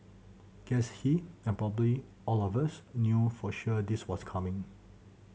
guess he and probably all of us knew for sure this was coming